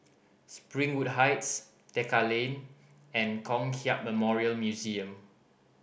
Springwood Heights Tekka Lane and Kong Hiap Memorial Museum